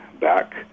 back